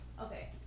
Okay